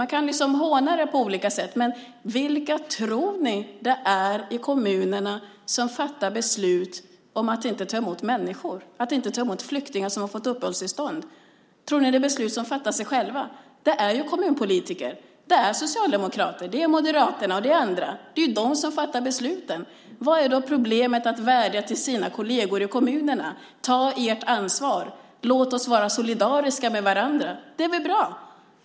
Man kan håna det på olika sätt, men vilka tror ni det är i kommunerna som fattar beslut om att inte ta emot människor - att inte ta emot flyktingar som har fått uppehållstillstånd? Tror ni att det är beslut som fattar sig själva? Det är kommunpolitiker, socialdemokrater, moderater och andra, som fattar besluten. Var finns problemet i att vädja till sina kolleger i kommunerna och be dem ta sitt ansvar och vara solidariska med varandra? Det är väl bra!